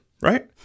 Right